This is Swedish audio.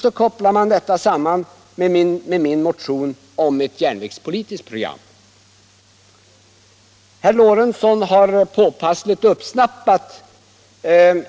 Så kopplar man samman detta med min motion om ett järnvägspolitiskt program. Herr Lorentzon i Kramfors har påpassligt